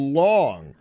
long